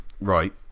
Right